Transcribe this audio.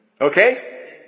Okay